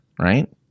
right